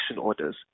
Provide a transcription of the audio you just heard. orders